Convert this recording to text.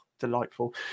Delightful